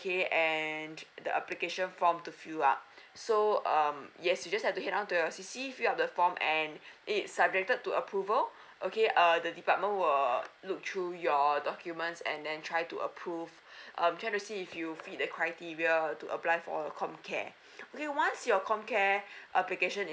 okay and the application form to fill up so um yes you just have to head out to your C_C fill up the form and it's subjected to approval okay uh the department will err look through your documents and then try to approve um try to see if you fit the criteria to apply for the com care okay once you your com care application is